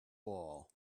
all